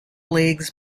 leagues